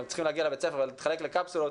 שצריכים להגיע לבית ספר ולהתחלק לקפסולות,